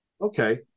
Okay